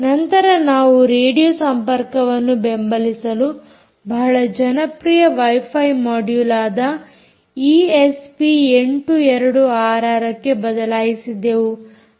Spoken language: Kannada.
ನಂತರ ನಾವು ರೇಡಿಯೊ ಸಂವಹನವನ್ನು ಬೆಂಬಲಿಸಲು ಬಹಳ ಜನಪ್ರಿಯ ವೈಫೈ ಮೊಡ್ಯುಲ್ ಆದ ಈಎಸ್ಪಿ 8266 ಕ್ಕೆ ಬದಲಾಯಿಸಿದೆವು